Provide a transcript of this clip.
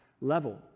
level